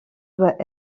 doit